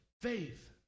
faith